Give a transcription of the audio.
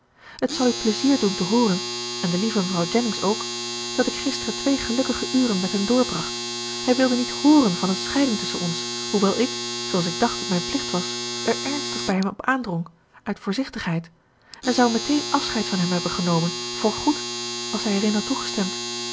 het zal u pleizier doen te hooren en de lieve mevrouw jennings ook dat ik gisteren twee gelukkige uren met hem doorbracht hij wilde niet hooren van een scheiding tusschen ons hoewel ik zooals ik dacht dat mijn plicht was er ernstig bij hem op aandrong uit voorzichtigheid en zou meteen afscheid van hem hebben genomen voorgoed als hij erin had toegestemd